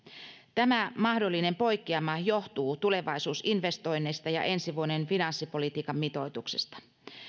tämä mahdollinen poikkeama johtuu tulevaisuusinvestoinneista ja ensi vuoden finanssipolitiikan mitoituksesta